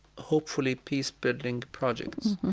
hopefully peace-building projects.